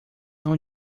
não